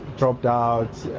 dropped out,